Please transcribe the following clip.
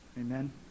Amen